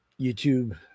YouTube